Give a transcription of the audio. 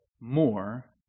more